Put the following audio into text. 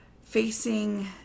facing